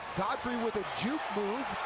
godfrey with a juke move.